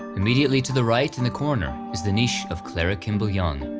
immediately to the right in the corner is the niche of clara kimball young,